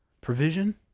Provision